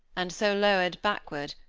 and so lowered backward,